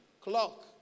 clock